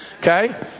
Okay